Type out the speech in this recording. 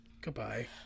goodbye